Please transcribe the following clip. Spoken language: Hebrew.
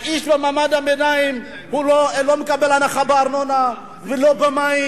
האיש ממעמד הביניים לא מקבל הנחה בארנונה ובמים.